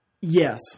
yes